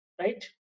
right